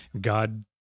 God